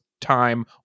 Time